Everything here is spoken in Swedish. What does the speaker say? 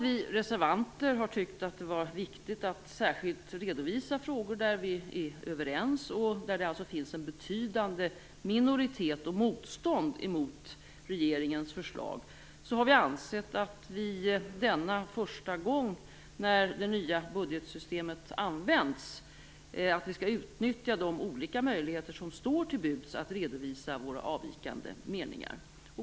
Vi reservanter har tyckt att det har varit viktigt att särskilt redovisa frågor där vi är överens och där det alltså finns en betydande minoritet och ett motstånd mot regeringens förslag. Förutom detta har vi också ansett att vi denna första gång när det nya budgetsystemet används skall utnyttja de möjligheter som står till buds för att redovisa våra avvikande meningar.